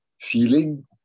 feeling